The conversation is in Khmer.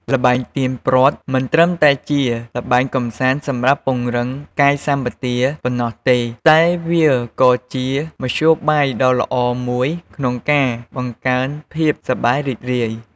ល្បែងទាញព្រ័ត្រមិនត្រឹមតែជាល្បែងកម្សាន្តសម្រាប់ពង្រឹងកាយសម្បទាប៉ុណ្ណោះទេ តែវាក៏ជាមធ្យោបាយដ៏ល្អមួយក្នុងការបង្កើនភាពសប្បាយរីករាយ។